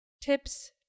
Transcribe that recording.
tips